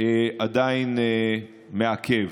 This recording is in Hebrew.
עדיין מעכב.